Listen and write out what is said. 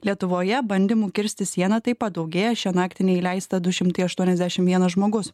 lietuvoje bandymų kirsti sieną taip pat daugėja šią naktį neįleista du šimtai aštuoniasdešim vienas žmogus